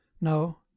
no